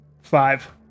five